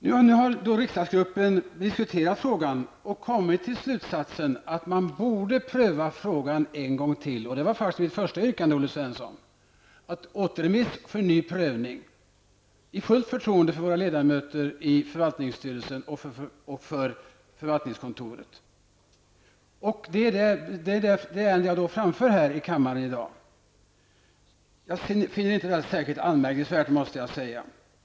Nu har riksdagsgruppen diskuterat frågan och kommit till slutsatsen att man borde pröva frågan en gång till. Och det var faktiskt mitt första yrkande, Olle Svensson -- återremiss för ny prövning i fullt förtroende för våra ledamöter i förvaltningsstyrelsen och för förvaltningskontoret. Jag finner därför inte att det som jag framför här i dag är särskilt anmärkningsvärt.